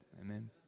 amen